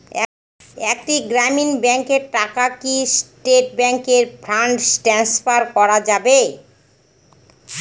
একটি গ্রামীণ ব্যাংকের টাকা কি স্টেট ব্যাংকে ফান্ড ট্রান্সফার করা যাবে?